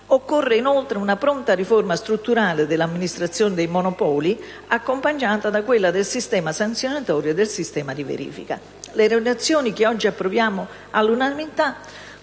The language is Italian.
Occorre inoltre una pronta riforma strutturale dell'Amministrazione autonoma dei monopoli di Stato, accompagnata da quella del sistema sanzionatorio e del sistema di verifica. Le relazioni, che oggi approveremo mi auguro all'unanimità,